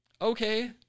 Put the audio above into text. Okay